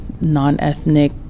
non-ethnic